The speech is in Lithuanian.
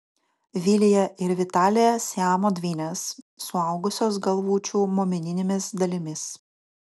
vilija ir vitalija siamo dvynės suaugusios galvučių momeninėmis dalimis